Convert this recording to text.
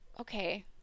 okay